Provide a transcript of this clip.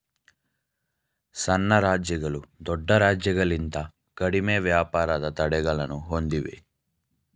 ಸಣ್ಣ ರಾಜ್ಯಗಳು ದೊಡ್ಡ ರಾಜ್ಯಗಳಿಂತ ಕಡಿಮೆ ವ್ಯಾಪಾರದ ತಡೆಗಳನ್ನು ಹೊಂದಿವೆ